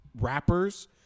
rappers